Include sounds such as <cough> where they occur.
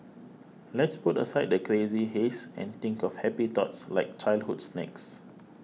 <noise> let's put aside the crazy haze and think of happy thoughts like childhood snacks